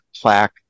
plaque